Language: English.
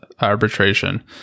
arbitration